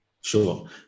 Sure